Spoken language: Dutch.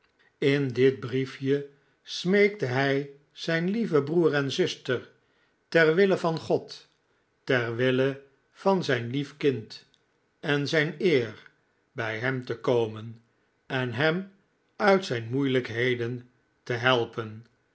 in dit briefje smeekte hij zijn lieven broer en zuster ter wille van god ter wille van zijn lief kind en zijn eer bij hem te komen en hem uit zijn moeilijkheden te helpen